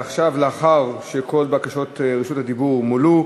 עכשיו, לאחר שכל בקשות רשות הדיבור מולאו,